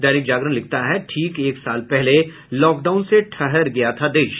दैनिक जागरण लिखता है ठीक एक साल पहले लॉकडाउन से ठहर गया था देश